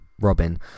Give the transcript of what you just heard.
Robin